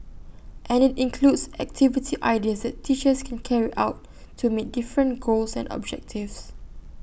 and IT includes activity ideas that teachers can carry out to meet different goals and objectives